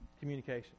communication